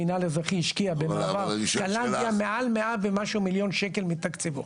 המינהל האזרחי השקיע במעבר קלנדיה מעל 100 ומשהו מיליון שקלים מתקציבו.